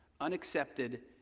unaccepted